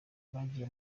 bagiye